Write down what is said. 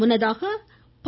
முன்னதாக பா